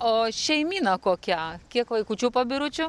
o šeimyna kokia kiek vaikučių pabiručių